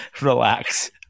relax